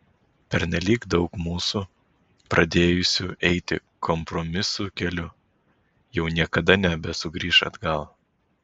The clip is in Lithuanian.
pernelyg daug mūsų pradėjusių eiti kompromisų keliu jau niekada nebesugrįš atgal